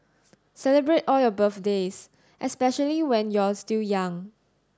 celebrate all your birthdays especially when you're still young